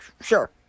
sure